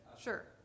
sure